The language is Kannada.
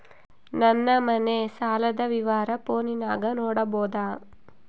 ನನ್ನ ಮನೆ ಸಾಲದ ವಿವರ ಫೋನಿನಾಗ ನೋಡಬೊದ?